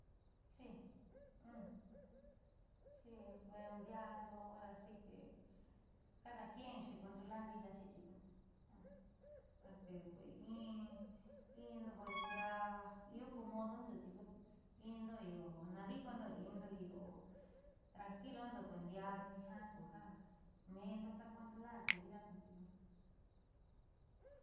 Ndiaando hora si que cada quien xecontrolar vidaxi tiuku jiaa porque indo pues ndiaa io k udundo tiuku indo io naadi'ikondo indo io tranquilondo ko ndiaani ja kuja mendo ka controlarndo ku vidando tiuku.